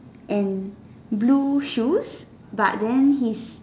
and blue shoes but then his